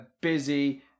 busy